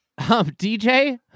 DJ